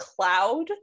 cloud